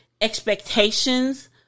expectations